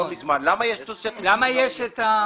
למה יש תוספת?